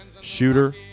shooter